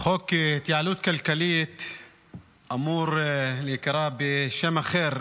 חוק ההתייעלות הכלכלית אמור להיקרא בשם אחר,